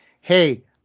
hey